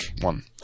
one